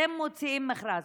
אתם מוציאים מכרז,